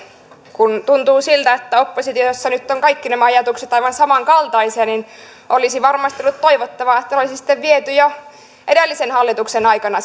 kun tuntuu siltä että oppositiossa nyt ovat kaikki nämä ajatukset aivan samankaltaisia niin olisi varmasti ollut toivottavaa että ne olisi sitten viety jo edellisen hallituksen aikana